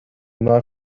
not